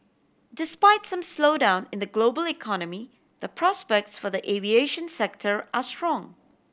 despite some slowdown in the global economy the prospects for the aviation sector are strong